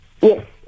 yes